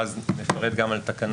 ואז נפרט גם על תקנה,